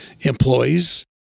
employees